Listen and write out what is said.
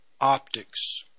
optics